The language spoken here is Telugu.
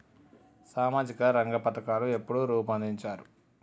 సామాజిక రంగ పథకాలు ఎప్పుడు రూపొందించారు?